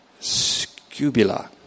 scubula